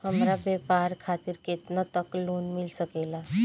हमरा व्यापार खातिर केतना तक लोन मिल सकेला?